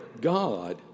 God